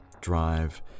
drive